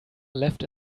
left